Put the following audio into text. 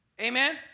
Amen